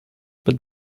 but